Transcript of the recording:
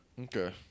Okay